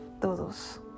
todos